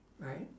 right